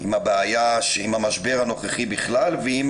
עם המשבר הנוכחי בכלל, ועם